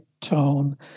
tone